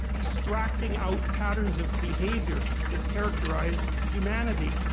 extracting out patterns of behavior that characterize humanity.